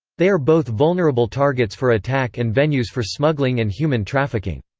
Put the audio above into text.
they are both vulnerable targets for attack and venues for smuggling and human trafficking.